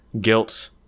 guilt